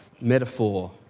metaphor